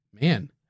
Man